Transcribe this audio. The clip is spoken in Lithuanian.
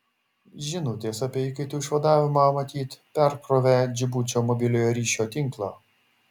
žinutės apie įkaitų išvadavimą matyt perkrovė džibučio mobiliojo ryšio tinklą